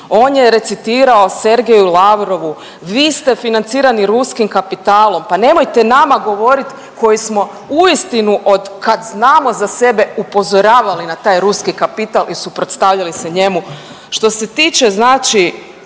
on je recitirao Sergeju Lavrovu, vi ste financirani ruskim kapitalom, pa nemojte nama govorit koji smo uistinu od kad znamo za sebe upozoravali na taj ruski kapital i suprotstavljali se njemu. Što se tiče znači